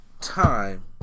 time